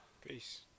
Peace